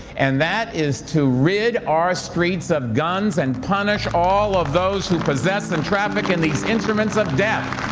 and that is to rid our streets of guns and punish all of those who possess and traffic in these instruments of death.